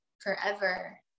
forever